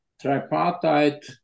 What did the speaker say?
tripartite